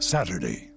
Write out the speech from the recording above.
Saturday